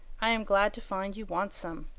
i am glad to find you want some.